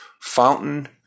Fountain